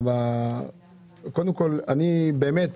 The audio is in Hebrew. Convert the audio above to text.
אני מכבד